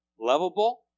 lovable